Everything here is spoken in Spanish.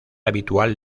habitual